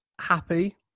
happy